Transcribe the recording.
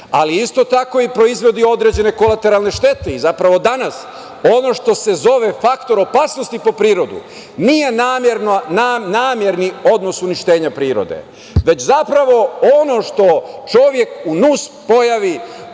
ali isto tako proizvodi i određene kolateralne štete i zapravo danas, ono što se zove faktor opasnosti po prirodu, nije namerni odnos uništenja prirode, već zapravo ono što čovek u nus pojavi